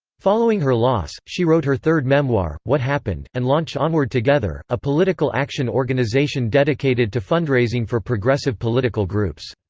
following her loss, she wrote her third memoir, what happened, and launched onward together, a political action organization dedicated to fundraising for progressive political groups.